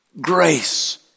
Grace